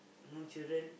no children